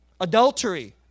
adultery